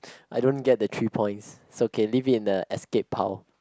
I don't get the three points it's okay leave it in the escape pile